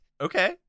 okay